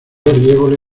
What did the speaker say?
evole